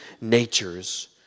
natures